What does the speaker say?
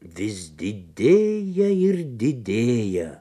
vis didėja ir didėja